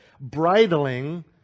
bridling